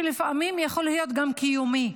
שלפעמים יכול להיות גם קיומי.